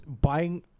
Buying